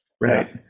Right